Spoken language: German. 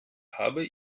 habe